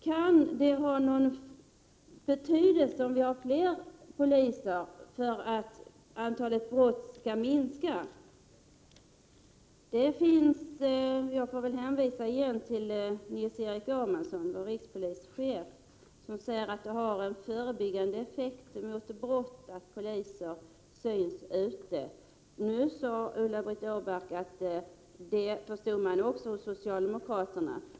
Kan det ha någon betydelse i sammanhanget att vi har fler poliser, undrar Ulla-Britt Åbark. Jag får väl då åter hänvisa till Nils Erik Åhmansson, vår rikspolischef, som säger att det har en brottsförebyggande effekt att poliser syns ute. Nu sade Ulla-Britt Åbark att detta förstår också socialdemokraterna.